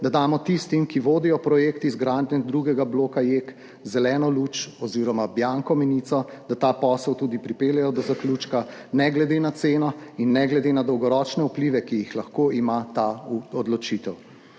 da damo tistim, ki vodijo projekt izgradnje drugega bloka JEK, zeleno luč oziroma bianko menico, da ta posel tudi pripeljejo do zaključka, ne glede na ceno in ne glede na dolgoročne vplive, ki jih lahko ima ta odločitev.